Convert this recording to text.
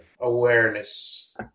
awareness